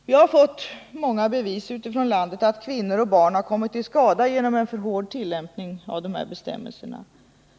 Vi har fått många bevis utifrån landet på att kvinnor och barn har kommit till skada genom en alltför hård tillämpning av de här bestämmelserna.